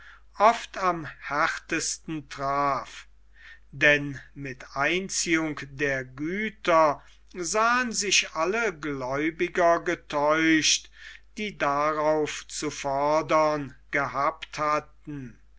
oft am härtesten traf denn mit einziehung der güter sahen sich alle gläubiger getäuscht die darauf zu fordern gehabt hatten